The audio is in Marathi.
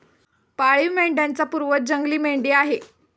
पाळीव मेंढ्यांचा पूर्वज जंगली मेंढी आहे